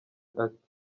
ati